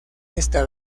esta